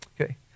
Okay